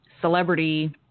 celebrity